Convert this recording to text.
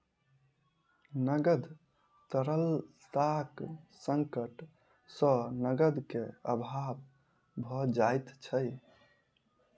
नकद तरलताक संकट सॅ नकद के अभाव भ जाइत छै